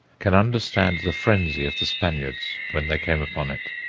can understand the frenzy of the spaniards when they came upon it.